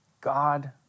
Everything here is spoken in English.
God